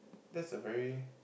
that's a very